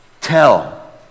Tell